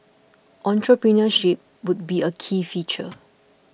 entrepreneurship would be a key feature